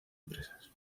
empresas